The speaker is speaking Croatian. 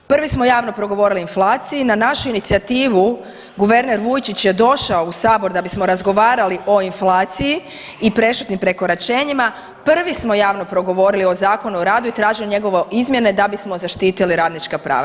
Prvi smo javno progovorili o inflaciji, na našu inicijativu guverner Vujčić je došao u Sabor da bismo razgovarali o inflaciji i prešutnim prekoračenjima, prvi smo javno progovorili o Zakonu o radu i tržili njegove izmjene da bismo zaštitili radnička prava.